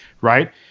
Right